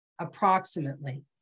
approximately